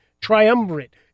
triumvirate